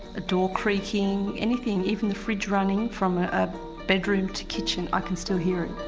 a door creaking, anything even the fridge running from a bedroom to kitchen, i can still hear it.